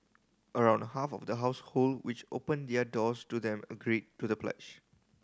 around half of the household which opened their doors to them agreed to the pledge